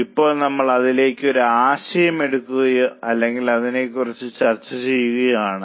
ഇപ്പോൾ നമ്മൾ അതിൽനിന്ന് ഒരു ആശയം എടുക്കുകയോ അല്ലെങ്കിൽ അതിനെ കുറിച്ച് ചർച്ച ചെയ്യുകയോ ആണ്